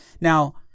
Now